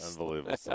unbelievable